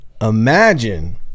imagine